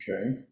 Okay